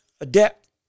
adapt